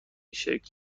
شکل